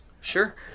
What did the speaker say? Sure